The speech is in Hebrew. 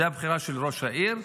זאת תהיה הבחירה של ראש העיר,